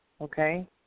okay